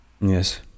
yes